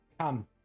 come